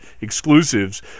exclusives